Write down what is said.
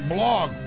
Blog